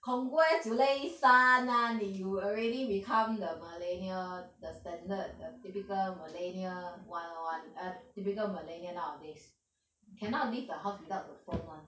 congratulations lah 你 you already become the millennial the standard the typical millennial [one] [one] a typical millennial nowadays you cannot leave the house without the phone [one]